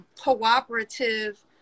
cooperative